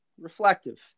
Reflective